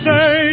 Say